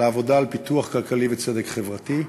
לעבודה על פיתוח כלכלי וצדק חברתי,